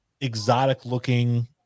exotic-looking